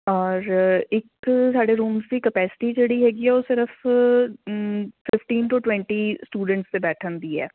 ਔਰ ਇੱਕ ਸਾਡੇ ਰੂਮਸ ਦੀ ਕਪੈਸਿਟੀ ਜਿਹੜੀ ਹੈਗੀ ਆ ਉਹ ਸਿਰਫ ਫਿਫਟੀਨ ਟੂ ਟਵੈਂਟੀ ਸਟੂਡੈਂਟਸ ਦੇ ਬੈਠਣ ਦੀ ਹੈ